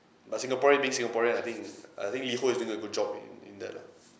but singaporean being singaporean I think I think liho is doing a good job in in that lah